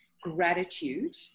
gratitude